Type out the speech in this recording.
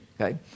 Okay